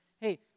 hey